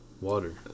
Water